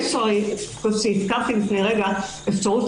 כפי שהזכרתי לפני רגע, יש אפשרות